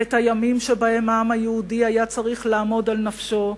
ואת הימים שבהם העם היהודי היה צריך לעמוד על נפשו,